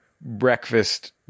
breakfast